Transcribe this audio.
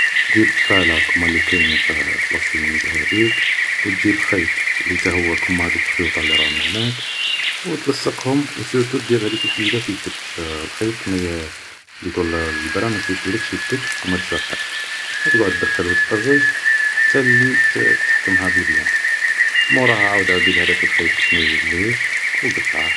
تجيب قفالة كيما لي كاينين في لاشوميز هاديك, و تجيب خيط تا هو كيما لخيوطا لي راهم هناك, و تلسقهم و سيرتو دير هديك لحديدة في يدك باش الخيط بليتو الرة ماتوشيلكش يدك و ما تجرحكش و تقعد دخل و تخرج حتى اللي تحكمها بالبيان, موراها عاود عقد هاداك الخيط باش مايوليش و عاود قطعه